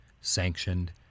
sanctioned